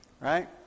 right